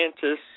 scientists